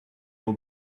will